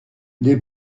des